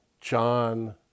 John